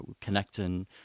connecting